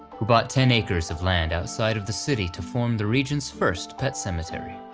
who bought ten acres of land outside of the city to form the region's first pet cemetery.